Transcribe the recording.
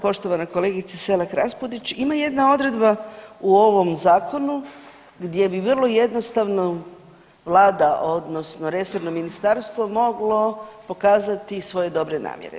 Poštovana kolegice Selak Raspudić, ima jedna odredba u ovom zakonu gdje bi bilo jednostavno vlada odnosno resorno ministarstvo moglo pokazati svoje dobre namjere.